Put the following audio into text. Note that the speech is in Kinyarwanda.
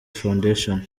foundation